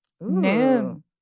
Noon